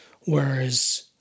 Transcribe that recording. Whereas